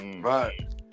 right